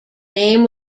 name